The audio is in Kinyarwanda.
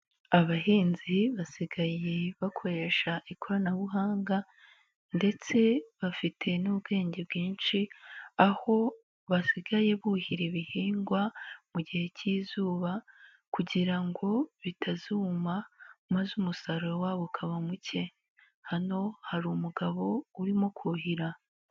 Abahinzi basigaye bakoresha ikoranabuhanga ndetse bafite n'ubwenge bwinshi aho basigaye buhira ibihingwa mu gihe cy'izuba kugira ngo bitazuma maze umusaruro wabo ukaba muke, hano hari umugabo urimo kuhira.